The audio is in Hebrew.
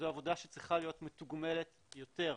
זו עבודה שצריכה להיות מתוגמלת יותר.